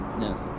Yes